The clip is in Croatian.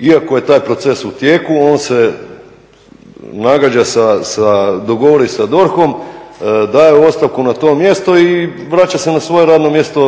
Iako je taj proces u tijeku on se dogovori sa DORH-om, daje ostavku na to mjesto i vraća se na svoje radno mjesto